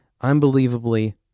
unbelievably